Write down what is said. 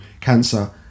cancer